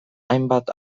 hainbat